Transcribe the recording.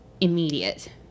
immediate